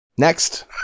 Next